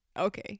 Okay